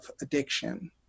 addiction